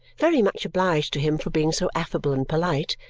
very much obliged to him for being so affable and polite,